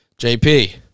JP